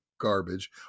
garbage